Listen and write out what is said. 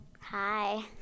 Hi